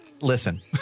Listen